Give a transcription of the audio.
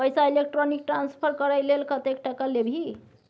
पैसा electronic transfer करय लेल कतेक टका लेबही